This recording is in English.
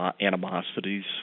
animosities